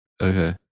Okay